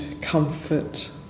comfort